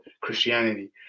Christianity